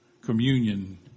communion